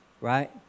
right